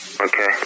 Okay